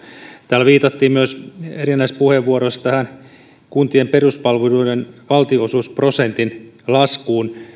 täällä viitattiin erinäisissä puheenvuoroissa myös kuntien peruspalveluiden valtion osuusprosentin laskuun